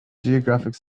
geographic